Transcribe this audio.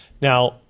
Now